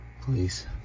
Please